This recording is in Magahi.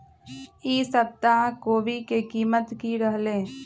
ई सप्ताह कोवी के कीमत की रहलै?